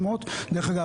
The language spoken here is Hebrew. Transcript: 27,500. דרך אגב,